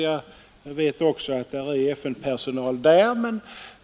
Jag känner till att det finns FN-personal där.